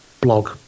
blog